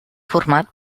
format